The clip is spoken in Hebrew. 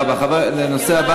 בעד, 7,